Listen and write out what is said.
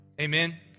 Amen